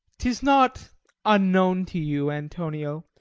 tis not unknown to you, antonio,